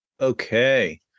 Okay